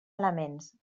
elements